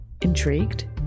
Intrigued